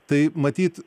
tai matyt